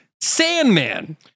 Sandman